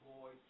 Boy